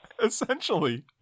essentially